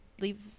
leave